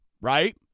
right